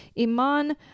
Iman